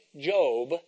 Job